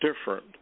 different